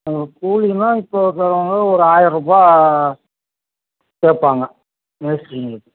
ஆமாம் கூலினா இப்போ இருக்கிறவங்க ஒரு ஆயர்ரூபா கேட்பாங்க மேஸ்திரிங்களுக்கு